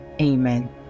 amen